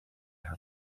how